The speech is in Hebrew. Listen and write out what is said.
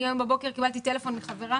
אני היום בבוקר קיבלתי טלפון מחברה